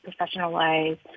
professionalize